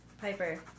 Piper